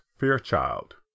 Fairchild